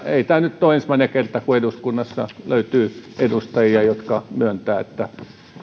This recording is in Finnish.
ei tämä nyt ensimmäinen kerta ole kun eduskunnassa löytyy edustajia jotka myöntävät että